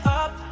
up